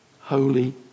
Holy